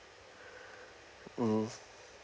hmm